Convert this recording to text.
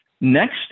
Next